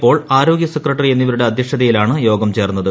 Paul ആരോഗ്യ secretary എന്നിവരുടെ അധ്യക്ഷതയിലാണ് യോഗം ചേർന്നത്